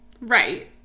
Right